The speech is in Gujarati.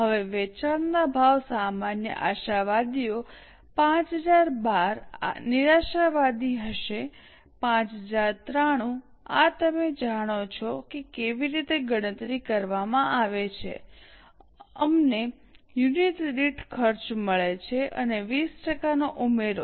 હવે વેચાણના ભાવ સામાન્ય આશાવાદીઓ 5012 નિરાશાવાદી હશે 5093 આ તમે જાણો છો કે કેવી રીતે ગણતરી કરવામાં આવે છે અમને યુનિટ દીઠ ખર્ચ મળે છે અને 20 ટકાનો ઉમેરો